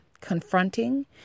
Confronting